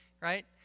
right